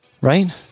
right